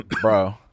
bro